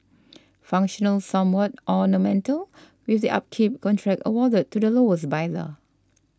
functional somewhat ornamental with the upkeep contract awarded to the lowest bidder